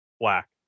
black